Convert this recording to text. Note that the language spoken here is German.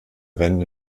rennen